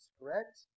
Correct